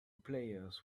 players